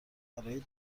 برای